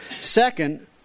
Second